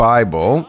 Bible